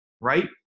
right